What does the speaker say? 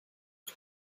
ich